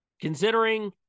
Considering